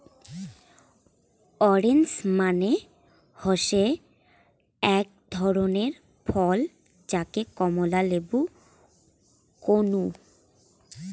orange মানে হসে আক ধরণের ফল যাকে কমলা লেবু কহু